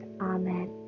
Amen